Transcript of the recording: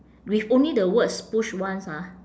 with only the words push once ah